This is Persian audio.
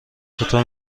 چطور